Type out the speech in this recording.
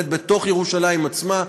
בתוך ירושלים עצמה,